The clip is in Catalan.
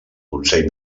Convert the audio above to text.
consell